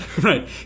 Right